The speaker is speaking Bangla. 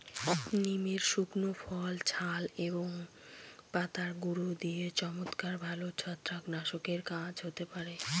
নিমের শুকনো ফল, ছাল এবং পাতার গুঁড়ো দিয়ে চমৎকার ভালো ছত্রাকনাশকের কাজ হতে পারে